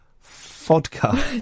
vodka